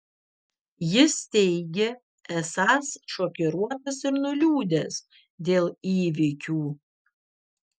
jis teigė esąs šokiruotas ir nuliūdęs dėl įvykių